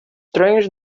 trens